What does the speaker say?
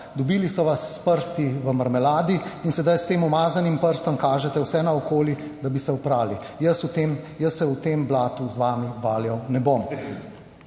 Dobili so vas s prsti v marmeladi in sedaj s tem umazanim prstom kažete vse naokoli, da bi se oprali. Jaz v tem, jaz se v tem blatu z vami valjal ne bom.